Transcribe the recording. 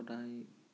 সদায়